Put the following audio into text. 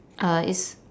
uh is